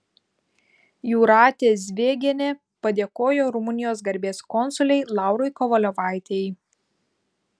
jūratė zvėgienė padėkojo rumunijos garbės konsulei laurai kovaliovaitei